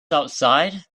outside